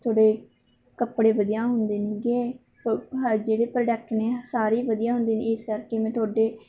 ਤੁਹਾਡੇ ਕੱਪੜੇ ਵਧੀਆ ਹੁੰਦੇ ਨੇਗੇ ਓ ਆ ਜਿਹੜੇ ਪ੍ਰੋਡਕਟ ਨੇ ਸਾਰੇ ਵਧੀਆ ਹੁੰਦੇ ਨੇ ਇਸ ਕਰਕੇ ਮੈਂ ਤੁਹਾਡੇ